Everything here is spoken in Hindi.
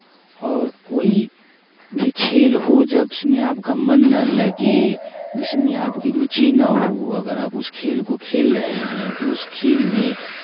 और कोई भी खेल हो जब उसमें आपका मन ना लगे जिसमें आपकी रुचि ना हो अगर आप उस खेल को खेल रहे हैं तो उस खेल में